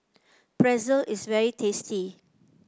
pretzel is very tasty